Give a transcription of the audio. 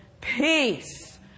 peace